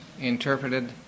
interpreted